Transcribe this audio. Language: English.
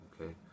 okay